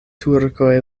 turkoj